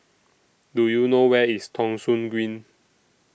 Do YOU know Where IS Thong Soon Green